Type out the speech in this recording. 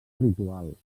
ritual